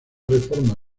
reforma